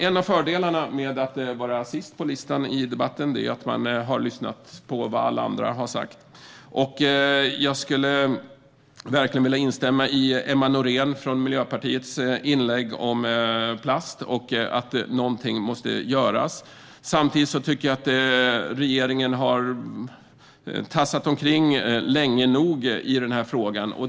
En av fördelarna med att vara sist på listan i debatten är att man har lyssnat på vad alla andra har sagt. Jag vill verkligen instämma i det som Emma Nohrén från Miljöpartiet sa i sitt inlägg när det gäller plast och att någonting måste göras. Jag tycker samtidigt att regeringen har tassat omkring länge nog i denna fråga.